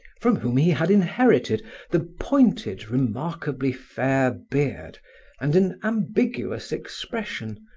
from whom he had inherited the pointed, remarkably fair beard and an ambiguous expression,